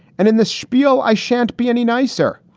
and in the spiel, i shan't be any nicer.